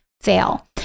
fail